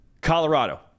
colorado